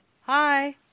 Hi